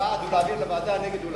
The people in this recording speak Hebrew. תעמיד את זה להצבעה.